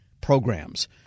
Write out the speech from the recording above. programs